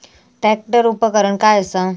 Tractor उपकरण काय असा?